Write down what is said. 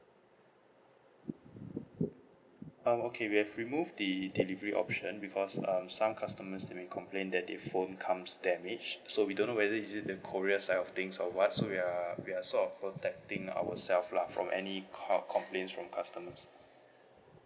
um okay we've remove the delivery option because um some customers have been complained that their phone comes damaged so we don't know whether is it the courier side of things or what so we are we are sort protecting ourself lah from any call complaints from customers